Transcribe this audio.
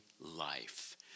life